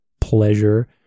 pleasure